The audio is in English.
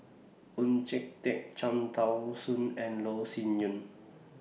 Oon Jin Teik Cham Tao Soon and Loh Sin Yun